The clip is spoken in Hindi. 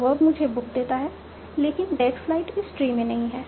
वर्ब मुझे बुक देता है लेकिन दैट फ्लाइट इस ट्री में नहीं है